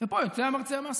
ופה יוצא המרצע מהשק.